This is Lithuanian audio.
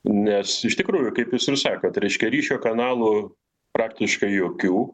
nes iš tikrųjų kaip jūs ir sakot reiškia ryšio kanalų praktiškai jokių